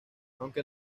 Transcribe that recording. aunque